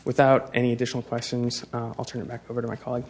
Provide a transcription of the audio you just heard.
without any additional questions alternate back over to my colle